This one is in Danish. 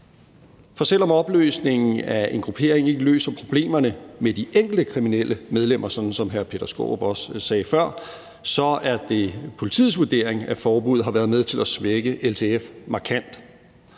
For selv om opløsningen af en gruppering ikke løser problemerne med de enkelte kriminelle medlemmer, som hr. Peter Skaarup også sagde før, så er det politiets vurdering, at forbuddet har været med til at svække LTF markant.